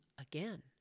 again